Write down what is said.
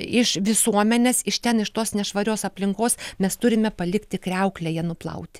iš visuomenės iš ten iš tos nešvarios aplinkos mes turime palikti kriauklėje nuplauti